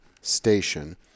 station